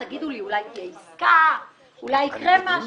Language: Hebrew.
תגידו לי: אולי תהיה עסקה, אולי יקרה משהו.